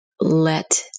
let